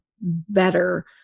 better